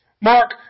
Mark